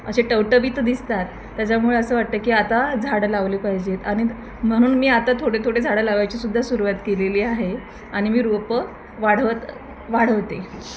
असे टवटवीत दिसतात त्याच्यामुळे असं वाटतं की आता झाडं लावली पाहिजेत आणि म्हणून मी आता थोडे थोडे झाडं लावायची सुद्धा सुरुवात केलेली आहे आणि मी रोपं वाढवत वाढवते